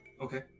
okay